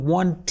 one